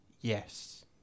Yes